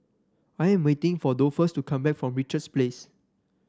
I am waiting for Dolphus to come back from Richards Place